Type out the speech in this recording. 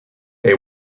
they